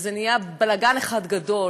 וזה נהיה בלגן אחד גדול,